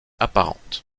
apparente